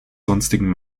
sonstigen